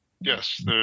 Yes